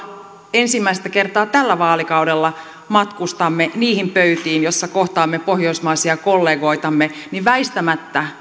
ensimmäistä kertaa tällä vaalikaudella matkustamme niihin pöytiin joissa kohtaamme pohjoismaisia kollegoitamme niin väistämättä